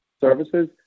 services